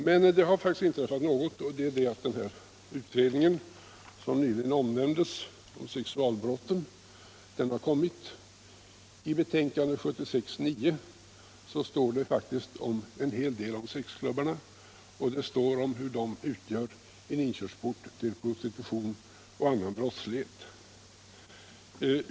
Men det har faktiskt inträffat något, och det är att den utredning om sexualbrotten som här omnämnts har kommit. I betänkandet SOU 1976:9 står det faktiskt en hel del om sexklubbarna. Där står det att de utgör en inkörsport till prostitution och annan brottslighet.